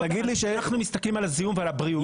אנחנו מסתכלים על הזיהום ועל הבריאות.